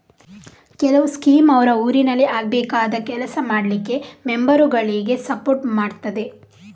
ಕೆಲವು ಸ್ಕೀಮ್ ಅವ್ರ ಊರಿನಲ್ಲಿ ಆಗ್ಬೇಕಾದ ಕೆಲಸ ಮಾಡ್ಲಿಕ್ಕೆ ಮೆಂಬರುಗಳಿಗೆ ಸಪೋರ್ಟ್ ಮಾಡ್ತದೆ